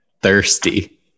Thirsty